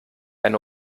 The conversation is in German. eine